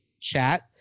chat